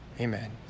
Amen